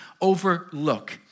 overlook